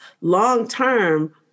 Long-term